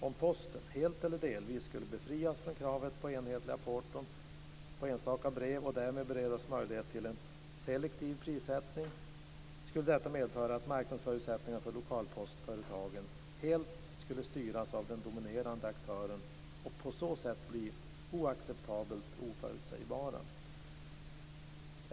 Om Posten, helt eller delvis, skulle befrias från kravet på enhetliga porton på enstaka brev och därmed beredas möjlighet till ovan beskrivna selektiva prissättning, skulle detta medföra att marknadsförutsättningarna för lokalpostföretagen helt skulle styras av den dominerande aktören och på så sätt bli oacceptabelt oförutsägbara.